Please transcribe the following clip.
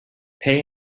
pay